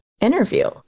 interview